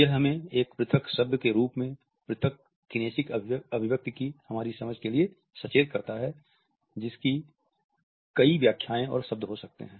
यह हमें एक पृथक शब्द के रूप में एक पृथक किनेसिक अभिव्यक्ति की हमारी समझ के लिए सचेत करता है जिसकी कई व्याख्याएं और शब्द हो सकते हैं